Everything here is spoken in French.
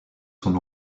son